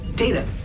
Data